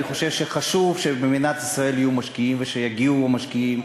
אני חושב שחשוב שבמדינת ישראל יהיו משקיעים ושיגיעו משקיעים,